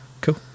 cool